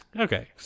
Okay